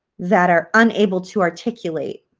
that are unable to articulate